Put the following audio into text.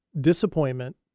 disappointment